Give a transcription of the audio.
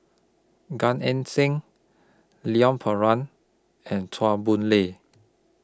Gan Eng Seng Leon Perera and Chua Boon Lay